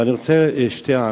אבל יש לי שתי הערות: